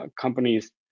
companies